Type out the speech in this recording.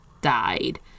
died